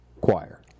Choir